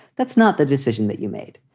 that's not the decision that you made.